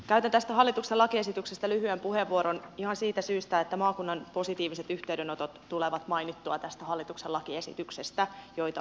käytän tästä hallituksen lakiesityksestä lyhyen puheenvuoron ihan siitä syystä että tästä hallituksen lakiesityksestä tulee mainittua maakunnan positiiviset yhteydenotot joita on tullut